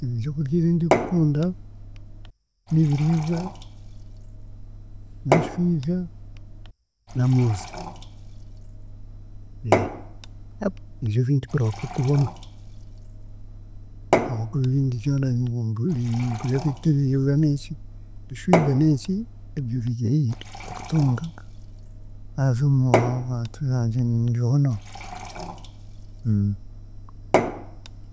Ebyokurya ei ndikukunda n'ebiriibwa, n'eshwiga, n'amoozi. Nibyo bindikurahuka kubona. Ahabwokuba ebindi byona nimbibu biitu ebiriibwa n'enki eshwiga n'enki, ebyo bindi hiihi okutunga naaza omu hantu hangye nimbibonaho.